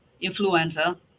influenza